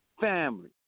family